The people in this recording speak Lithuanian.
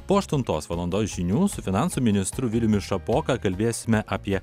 po aštuntos valandos žinių su finansų ministru viliumi šapoka kalbėsime apie